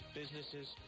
businesses